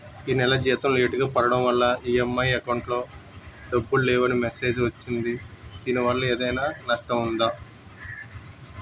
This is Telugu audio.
ఈ నెల జీతం లేటుగా పడటం వల్ల ఇ.ఎం.ఐ అకౌంట్ లో డబ్బులు లేవని మెసేజ్ వచ్చిందిదీనివల్ల ఏదైనా నష్టం ఉందా?